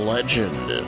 Legend